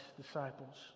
disciples